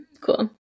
cool